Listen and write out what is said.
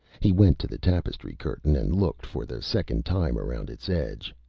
he went to the tapestry curtain and looked for the second time around its edge.